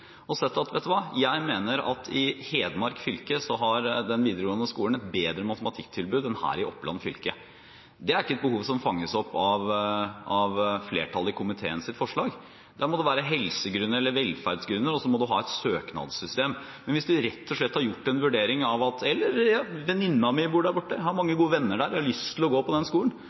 og sett at: Vet du hva, jeg mener at i Hedmark fylke har den videregående skolen et bedre matematikktilbud enn her i Oppland fylke. Det er ikke et behov som fanges opp av forslaget til flertallet i komiteen, for der må det være helsegrunner eller velferdsgrunner, og så må en ha et søknadssystem. Men hvis det rett og slett er slik at venninnen min bor der borte, jeg har mange gode venner der, jeg har lyst til å gå på den skolen,